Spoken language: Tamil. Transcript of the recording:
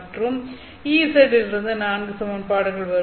மற்றும் Ez இலிருந்து 4 சமன்பாடுகள் வரும்